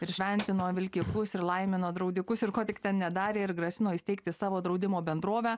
ir šventino vilkikus ir laimino draudikus ir ko tik nedarė ir grasino įsteigti savo draudimo bendrovę